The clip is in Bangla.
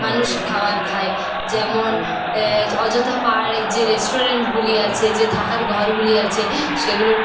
মানুষ খাবার খায় যেমন অযোধ্যা পাহাড়ের যে রেস্টুরেন্টগুলি আছে যে থাকার ঘরগুলি আছে সেগুলো